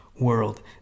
World